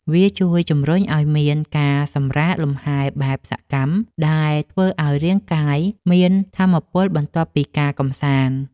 វាជួយជំរុញឱ្យមាន ការសម្រាកលម្ហែបែបសកម្ម ដែលធ្វើឱ្យរាងកាយមានថាមពលបន្ទាប់ពីការកម្សាន្ត។